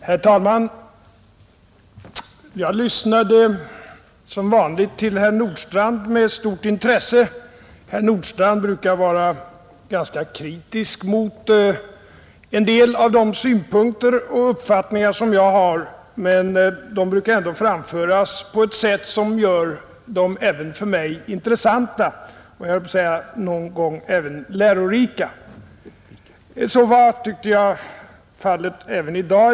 Herr talman! Jag lyssnade som vanligt till herr Nordstrandh med stort intresse. Han brukar vara ganska kritisk mot en del av mina synpunkter och uppfattningar, men hans kritik brukar ändå framföras på ett sätt som gör den även för mig intressant, och jag höll på att säga någon gång även lärorik. Så var, tyckte jag, fallet också i dag.